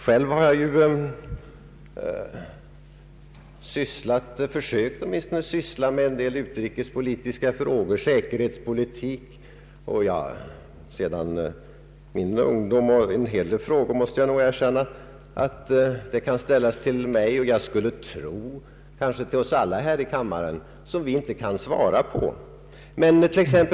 Själv har jag sedan min ungdom sysslat med utrikespolitiska frågor och säkerhetspolitik. En hel del frågor — det måste jag erkänna — kan ställas till mig och, skulle jag tro, till oss alla här i kammaren utan att något svar kan ges.